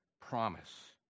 promise